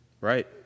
Right